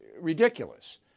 ridiculous